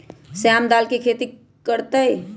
श्याम दाल के खेती कर तय